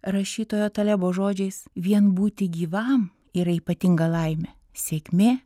rašytojo talebo žodžiais vien būti gyvam yra ypatinga laimė sėkmė